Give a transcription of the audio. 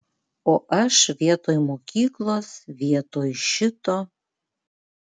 o aš vietoj mokyklos vietoj šito